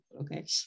okay